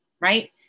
right